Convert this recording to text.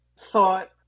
thought